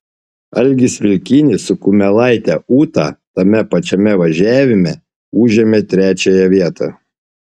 algis vilkinis su kumelaite ūta tame pačiame važiavime užėmė trečiąją vietą